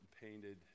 painted